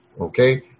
okay